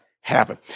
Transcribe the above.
happen